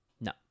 No